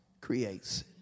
creates